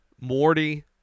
Morty